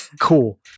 Cool